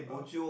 ah